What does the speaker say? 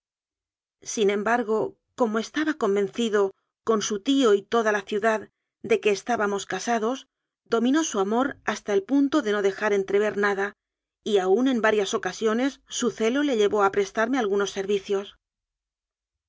sin embargo como estaba convencido con su tío y toda la ciudad de que estábamos ca sados dominó su amor hasta el punto de no dejar entrever nada y aun en varias ocasiones su celo le llevó á prestarme algunos servicios